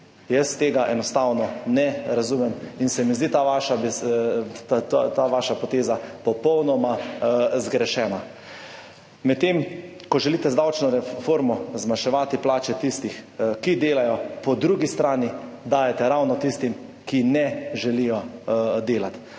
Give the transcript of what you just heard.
dela. Tega enostavno ne razumem in se mi zdi ta vaša poteza popolnoma zgrešena. Medtem ko želite z davčno reformo zmanjševati plače tistih, ki delajo, po drugi strani dajete ravno tistim, ki ne želijo delati.